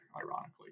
ironically